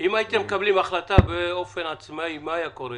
אם הייתם מקבלים החלטה באופן עצמאי, מה היה קורה?